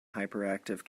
hyperactive